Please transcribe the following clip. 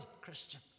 Christian